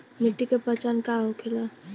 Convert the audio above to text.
मिट्टी के पहचान का होखे ला?